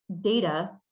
data